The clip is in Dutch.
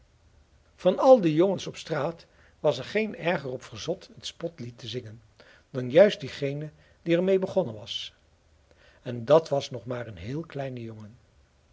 van al de jongens op straat was er geen erger op verzot het spotlied te zingen dan juist diegene die er mee begonnen was en dat was nog maar een heel kleine jongen